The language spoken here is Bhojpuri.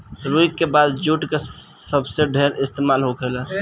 रुई के बाद जुट के सबसे ढेर इस्तेमाल होखेला